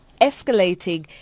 escalating